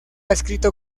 escrito